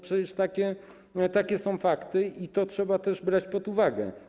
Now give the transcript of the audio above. Przecież takie są fakty i to trzeba też brać pod uwagę.